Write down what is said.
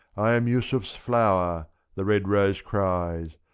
i am yusuf's flower the red rose cries.